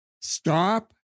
Stop